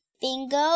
Bingo